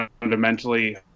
fundamentally